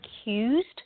accused